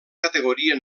categoria